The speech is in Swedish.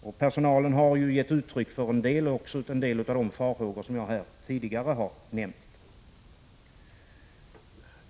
Personalen har också gett uttryck för en del av de farhågor som jag tidigare nämnt.